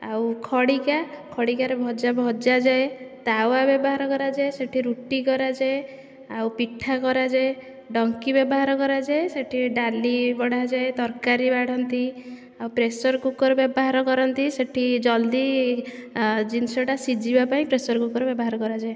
ଆଉ ଖଡ଼ିକା ଖଡ଼ିକାରେ ଭଜା ଭଜାଯାଏ ତାୱା ବ୍ୟବହାର କରାଯାଏ ସେଠି ରୁଟି କରାଯାଏ ଆଉ ପିଠା କରାଯାଏ ଡଙ୍କି ବ୍ୟବହାର କରାଯାଏ ସେଥିରେ ଡାଲି ବଢ଼ାଯାଏ ତରକାରୀ ବାଢ଼ନ୍ତି ଆଉ ପ୍ରେସରକୁକର ବ୍ୟବହାର କରନ୍ତି ସେଠି ଜଲଦି ଜିନିଷ ଟା ସିଝିବାପାଇଁ ପ୍ରେସର କୁକର ବ୍ୟବହାର କରାଯାଏ